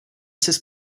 sis